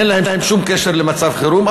אין להם שום קשר למצב חירום.